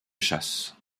chasse